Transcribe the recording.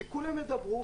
שכולם ידברו,